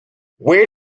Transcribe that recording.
where